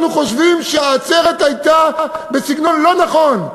אנחנו חושבים שהעצרת הייתה בסגנון לא נכון,